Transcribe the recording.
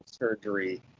surgery